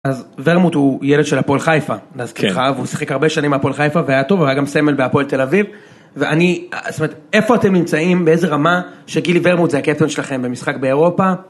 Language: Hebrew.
אז ורמוט הוא ילד של הפועל חיפה, נזכיר לך, הוא שיחק הרבה שנים עם הפועל חיפה והיה טוב, הוא היה גם סמל בהפועל תל אביב. ואיפה אתם נמצאים, באיזה רמה שגילי ורמוט זה הקפטון שלכם במשחק באירופה?